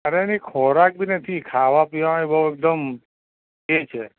પણ એની ખોરાક બી નથી ખાવાપીવામાં બહુ એકદમ એ છે